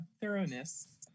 thoroughness